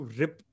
rip